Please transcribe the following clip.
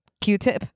q-tip